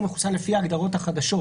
מחוסן יהיה מחלים לפי ההגדרות החדשות.